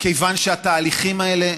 כיוון שהתהליכים האלה,